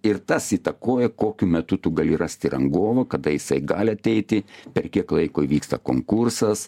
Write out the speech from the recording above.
ir tas įtakoja kokiu metu tu gali rasti rangovo kada jisai gali teiti per kiek laiko įvyksta konkursas